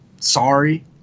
sorry